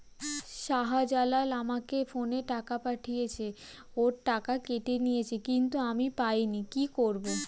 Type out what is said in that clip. শাহ্জালাল আমাকে ফোনে টাকা পাঠিয়েছে, ওর টাকা কেটে নিয়েছে কিন্তু আমি পাইনি, কি করব?